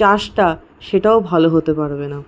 চাষটা সেটাও ভালো হতে পারবেনা